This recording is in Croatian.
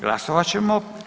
Glasovat ćemo.